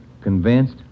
Convinced